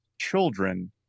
children